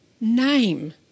name